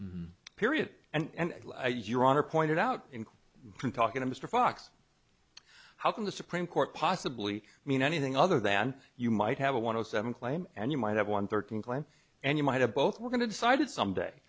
period and your honor pointed out in talking to mr fox how can the supreme court possibly mean anything other than you might have a one hundred seven claim and you might have won thirteen glenn and you might have both we're going to decided someday